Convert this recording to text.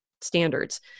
standards